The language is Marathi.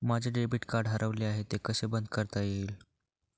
माझे डेबिट कार्ड हरवले आहे ते कसे बंद करता येईल?